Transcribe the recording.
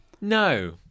No